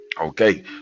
Okay